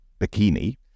bikini